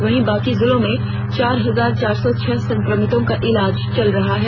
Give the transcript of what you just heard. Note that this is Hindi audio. वहीं बाकी जिलों में चार हजार चार सौ छह संक्रमितों का इलाज चल रहा है